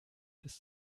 das